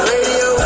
Radio